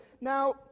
Now